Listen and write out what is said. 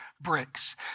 bricks